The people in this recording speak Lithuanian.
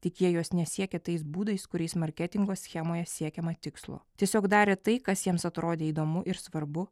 tik jie jos nesiekia tais būdais kuriais marketingo schemoje siekiama tikslo tiesiog darė tai kas jiems atrodė įdomu ir svarbu